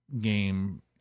game